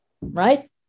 right